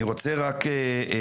אני רוצה להעיר,